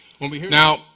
Now